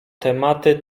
tematy